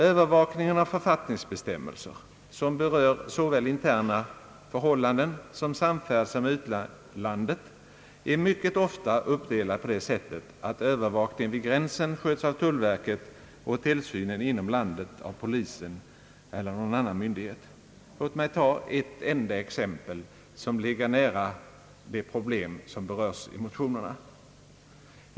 Övervakningen av författningsbestämmelser som berör såväl interna förhållanden som samfärdseln med utlandet är mycket ofta uppdelad på det sättet, att övervakningen vid gränsen sköts av tullverket och tillsynen inom landet av polisen eller någon annan myndighet. Låt mig ta ett enda exempel som ligger nära det problem som berörs i motionerna.